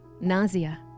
nausea